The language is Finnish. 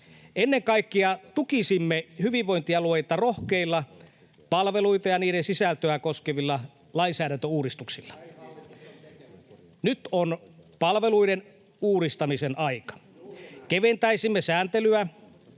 Ennen kaikkea tukisimme hyvinvointialueita rohkeilla palveluita ja niiden sisältöä koskevilla lainsäädäntöuudistuksilla. [Ben Zyskowicz: Näin hallitus on tekemässä!] Nyt